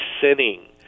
sinning